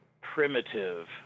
primitive